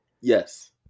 Yes